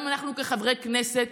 גם אנחנו כחברי כנסת,